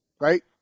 right